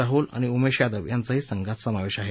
राहूल आणि उमेश यादव यांचांही संघात समावेश आहे